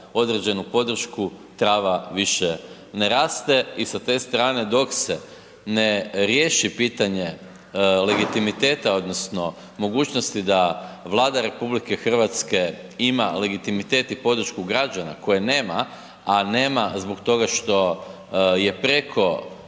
određenu podršku, trava više ne raste i sa te strane, dok se ne riješi pitanje legitimiteta odnosno mogućnosti da Vlada RH ima legitimitet i podršku građana koje nema, a nema zbog toga što je preko